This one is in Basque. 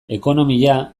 ekonomia